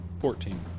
fourteen